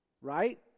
right